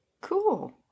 Cool